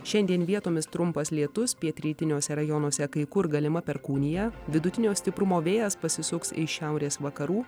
šiandien vietomis trumpas lietus pietrytiniuose rajonuose kai kur galima perkūnija vidutinio stiprumo vėjas pasisuks iš šiaurės vakarų